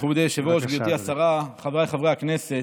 מכובדי היושב-ראש, גברתי השרה, חבריי חברי הכנסת,